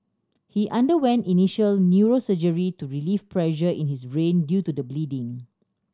he underwent initial neurosurgery to relieve pressure in his brain due to the bleeding